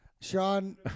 Sean